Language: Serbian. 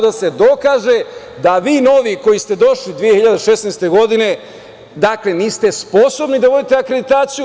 Da se dokaže da vi novi koji ste došli 2016. godine niste sposobni da vodite akreditaciju.